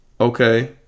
Okay